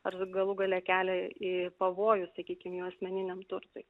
ar galų gale kelia į pavojus sakykim jų asmeniniam turtui